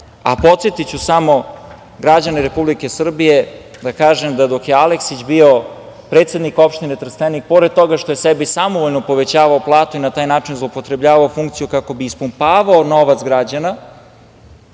kraja. Podsetiću samo građane Republike Srbije da kažem dok je Aleksić bio predsednik opštine Trstenik, pored toga što je sebi samovoljno povećavao platu i na taj način zloupotrebljavao funkciju kako bi ispumpavao novac građana.